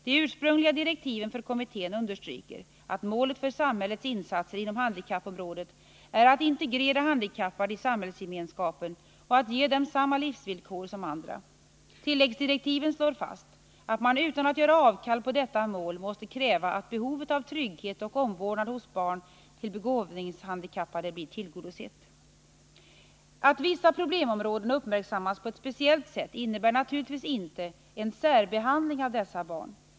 De ursprungliga direktiven för kommittén understryker att målet för samhällets insatser inom handikappområdet är att integrera handikappade i samhällsgemenskapen och ge dem samma livsvillkor som andra. Tilläggsdirektiven slår fast att man utan att göra avkall på detta mål måste kräva att behovet av trygghet och omvårdnad hos barn till begåvningshandikappade blir tillgodosett. Att vissa problemområden uppmärksammas på ett speciellt sätt innebär naturligtvis inte en särbehandling av dessa barn.